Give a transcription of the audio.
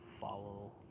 follow